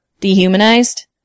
dehumanized